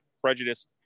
prejudice